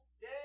day